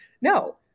No